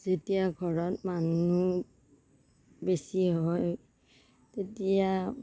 যেতিয়া ঘৰত মানুহ বেছি হয় তেতিয়া